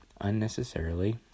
unnecessarily